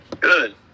Good